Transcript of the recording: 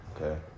Okay